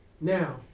Now